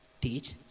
teach